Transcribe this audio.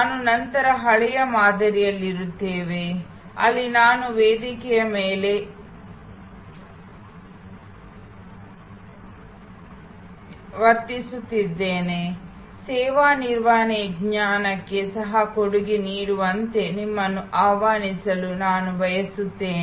ನಾವು ನಂತರ ಹಳೆಯ ಮಾದರಿಯಲ್ಲಿರುತ್ತೇವೆ ಅಲ್ಲಿ ನಾನು ವೇದಿಕೆಯ ಮೇಲೆ ಋಷಿ ಯಂತೆ ವರ್ತಿಸುತ್ತಿದ್ದೇನೆ ಸೇವಾ ನಿರ್ವಹಣೆಯ ಜ್ಞಾನಕ್ಕೆ ಸಹ ಕೊಡುಗೆ ನೀಡುವಂತೆ ನಿಮ್ಮನ್ನು ಆಹ್ವಾನಿಸಲು ನಾನು ಬಯಸುತ್ತೇನೆ